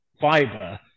fiber